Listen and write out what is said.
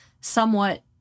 somewhat